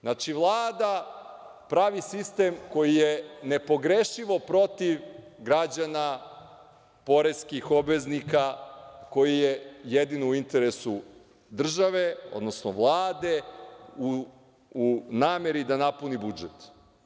Znači, Vlada pravi sistem koji je nepogrešivo protiv građana, poreskih obveznika koji je jedini u interesu države, odnosno Vlade u nameri da napuni budžet.